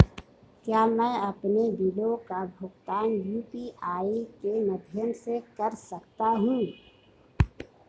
क्या मैं अपने बिलों का भुगतान यू.पी.आई के माध्यम से कर सकता हूँ?